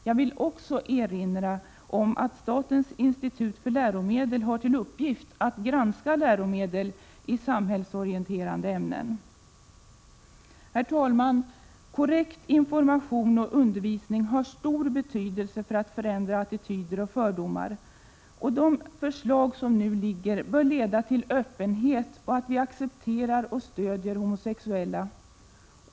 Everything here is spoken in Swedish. Jag vill också erinra om att statens institut för läromedel har till uppgift att granska läromedel i samhällsorienterande ämnen. Herr talman! Korrekt information och undervisning har stor betydelse för att förändra attityder och fördomar, och de förslag som nu föreligger bör leda till öppenhet och till att vi accepterar och stöder homosexuella.